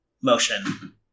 motion